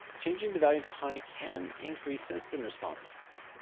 changing the value to high can increase system responses.